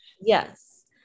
yes